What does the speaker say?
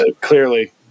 Clearly